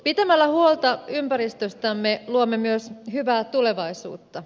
pitämällä huolta ympäristöstämme luomme myös hyvää tulevaisuutta